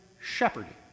shepherding